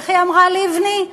איך אמרה לבני?